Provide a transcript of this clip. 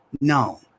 No